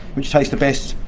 which tastes the best,